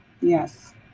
Yes